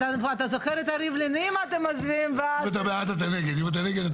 אז מפרקים לרביזיות --- אני מעלה